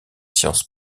sciences